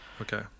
Okay